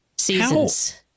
Seasons